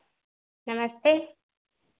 नमस्ते